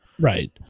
right